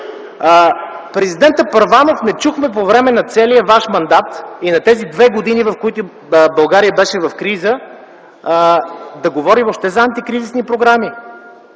Президентът Първанов не чухме по време на целия ваш мандат и на тези две години, в които България беше в криза, да говори въобще за антикризисни програми.